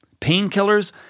painkillers